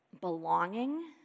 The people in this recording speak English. belonging